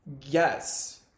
Yes